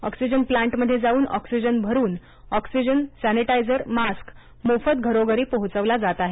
oxygen प्लांटमध्ये जाऊन oxygen भरून ऑक्सिजन सॅनिटाईजर मास्क मोफत घरोघरी पोहोचविला जात आहेत